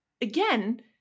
again